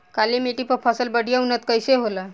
काली मिट्टी पर फसल बढ़िया उन्नत कैसे होला?